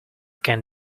can